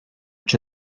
czy